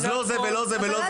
אז לא זה, לא זה, לא זה ולא